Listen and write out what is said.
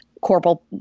corporal